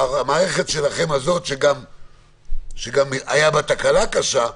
המערכת שלכם, שהיתה לה גם תקלה קשה,